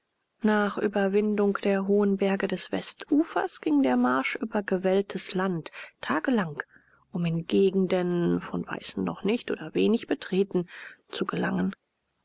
nach überwindung der hohen berge des westufers ging der marsch über gewelltes land tagelang um in gegenden von weißen noch nicht oder wenig betreten zu gelangen